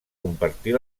compartir